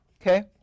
Okay